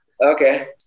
Okay